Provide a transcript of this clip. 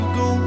go